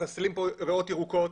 מחסלים פה ריאות ירוקות.